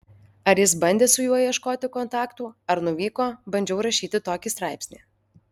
ar jis bandė su juo ieškoti kontaktų ar nuvyko bandžiau rašyti tokį straipsnį